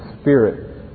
spirit